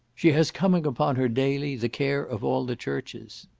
she has coming upon her daily the care of all the churches.